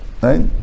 Right